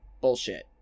Bullshit